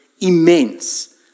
immense